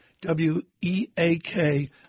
W-E-A-K